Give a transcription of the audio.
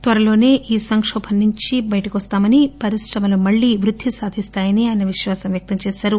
త్వరలోనే ఈ సంకోభం నుంచి బయటకు వస్తుందని పరిశ్రమలు మళ్లీ వుద్ది సాధిస్తాయని ఆయన విశ్వాసం వ్యక్తం చేశారు